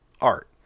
art